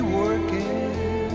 working